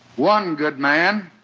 one good man,